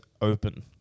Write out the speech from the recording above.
open